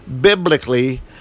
biblically